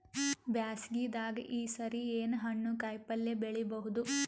ಬ್ಯಾಸಗಿ ದಾಗ ಈ ಸರಿ ಏನ್ ಹಣ್ಣು, ಕಾಯಿ ಪಲ್ಯ ಬೆಳಿ ಬಹುದ?